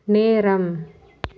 நேரம்